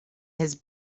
his